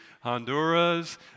Honduras